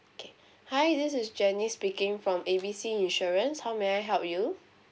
okay hi this is janice speaking from A B C insurance how may I help you